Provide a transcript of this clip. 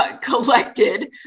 collected